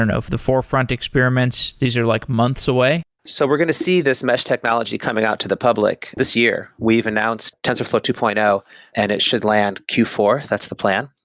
and of the forefront experiments, these are like months away? so we're going to see this mesh technology coming out to the public this year. we've announced tensorflow two point zero and it should land q four, that's the plan.